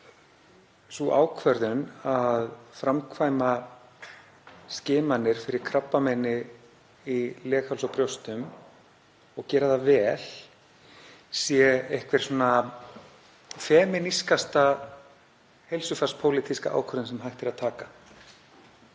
sú ákvörðun að framkvæma skimanir fyrir krabbameini í leghálsi og brjóstum og gera það vel sé einhver svona femínískasta heilsufarspólitíska ákvörðun sem hægt er að taka.